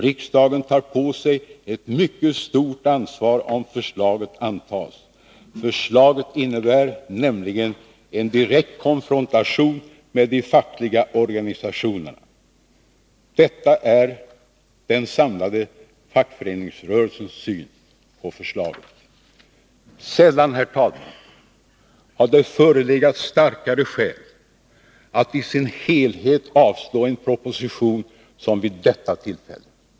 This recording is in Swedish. Riksdagen tar på sig ett mycket stort ansvar om förslaget antas. Förslaget innebär nämligen en direkt konfrontation med de fackliga organisationerna.” Detta är den samlade fackföreningsrörelsens syn på förslaget. Sällan, herr talman, har det förelegat starkare skäl att i sin helhet avslå en proposition som vid detta tillfälle.